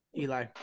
Eli